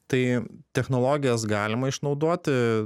tai technologijas galima išnaudoti